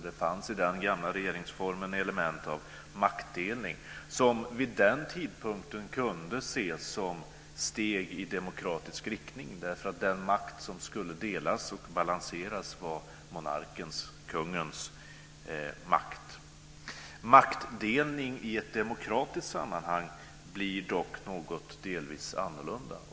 Det fanns i den gamla regeringsformen element av maktdelning som vid den tidpunkten kunde ses som steg i demokratisk riktning därför att den makt som skulle delas och balanseras var monarkens, kungens, makt. Maktdelning i ett demokratiskt sammanhang blir dock delvis något annorlunda.